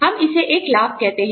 हम इसे एक लाभ कहते हैं